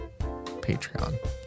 patreon